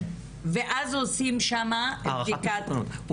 אז עושים שם הערכת מסוכנות.